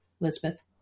Elizabeth